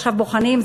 עכשיו בוחנים,